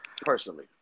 Personally